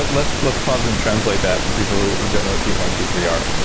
but let's let's pause and translate that for people who don't know what t four and t three are.